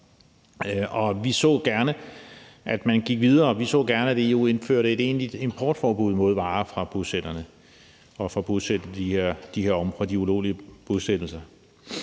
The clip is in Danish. vi så gerne, at EU indførte et egentligt importforbud mod varer fra bosætterne og fra de her ulovlige bosættelser.